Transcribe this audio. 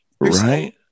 right